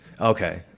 Okay